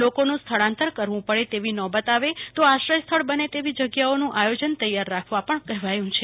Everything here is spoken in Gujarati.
લોકોનું સ્થળાંતર કરવું પડે તેવી નોબત આવે તો આશ્રય સ્થળ બને તેવી જગ્યાઓ નું આયોજન તૈયાર રાખવા પણ કહેવાયું છે